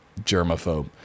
germaphobe